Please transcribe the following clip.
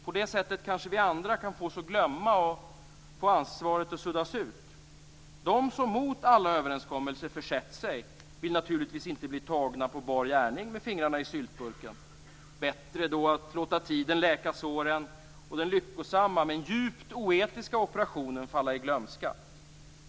På det sättet kanske vi andra kan fås att glömma och ansvaret kan suddas ut. De som mot alla överenskommelser försett sig vill naturligtvis inte bli tagna på bar gärning med fingrarna i syltburken. Bättre då att låta tiden läka såren och den lyckosamma men djupt oetiska operationen falla i glömska.